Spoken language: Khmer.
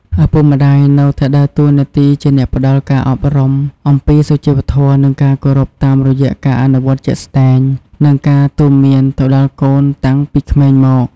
ឪពុកម្ដាយនៅតែដើរតួនាទីជាអ្នកផ្ដល់ការអប់រំអំពីសុជីវធម៌ និងការគោរពតាមរយៈការអនុវត្តជាក់ស្ដែង និងការទូន្មានទៅដល់កូនតាំងពីក្មេងមក។